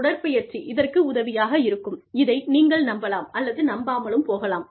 உடற்பயிற்சி இதற்கு உதவியாக இருக்கும் இதை நீங்கள் நம்பலாம் அல்லது நம்பாமலும் போகலாம்